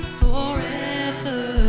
forever